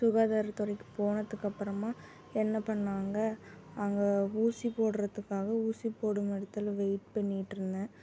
சுகாதாரத்துறைக்கு போனதுக்கப்புறமா என்ன பண்ணாங்க அங்கே ஊசி போடுறதுக்காக ஊசி போடும் இடத்துல வெயிட் பண்ணிட்டு இருந்தேன்